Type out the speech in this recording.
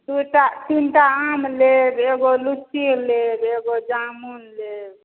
दूटा तीनटा आम लेब एगो लीची लेब एगो जामुन लेब